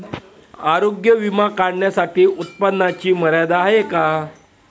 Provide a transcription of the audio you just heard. आरोग्य विमा काढण्यासाठी उत्पन्नाची मर्यादा आहे का?